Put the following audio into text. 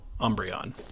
Umbreon